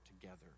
together